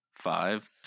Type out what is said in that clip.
five